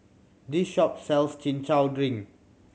this shop sells Chin Chow drink